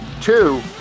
two